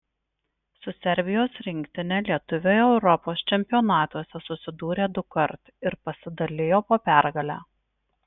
su serbijos rinktine lietuviai europos čempionatuose susidūrė dukart ir pasidalijo po pergalę